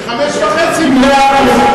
ב-17:30.